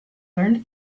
learned